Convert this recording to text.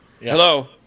Hello